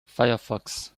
firefox